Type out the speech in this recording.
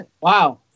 Wow